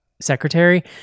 secretary